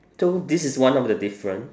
so this is one of the different